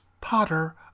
Potter